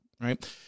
right